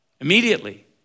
Immediately